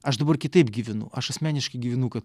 aš dabar kitaip gyvenu aš asmeniškai gyvenu kad